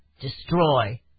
destroy